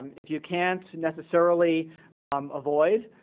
if you can't necessarily avoid